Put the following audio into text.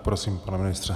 Prosím, pane ministře.